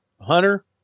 Hunter